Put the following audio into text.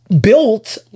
built